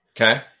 okay